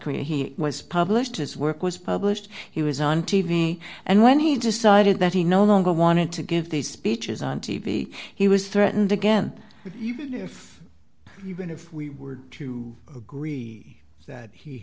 korea he was published his work was published he was on t v and when he decided that he no longer wanted to give these speeches on t v he was threatened again even if even if we were to agree that he